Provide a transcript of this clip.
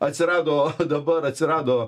atsirado dabar atsirado